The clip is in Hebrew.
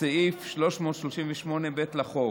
סעיף 338(ב) לחוק.